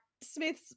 Smith's